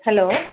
hello